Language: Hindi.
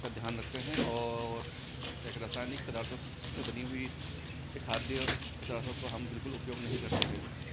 का ध्यान रखते हैं और एक रासायनिक पदार्थों से बनी हुई ये खाद्य पदार्थों को हम बिल्कुल उपयोग नहीं करते हैं